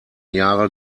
jahre